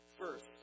First